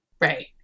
Right